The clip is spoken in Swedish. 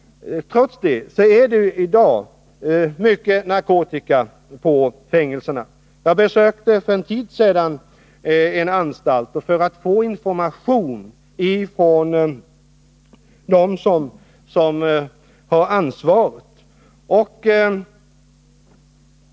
Trots detta finns det i dag mycket narkotika på fängelserna. Jag besökte för en tid sedan en anstalt för att få information från dem som har ansvaret.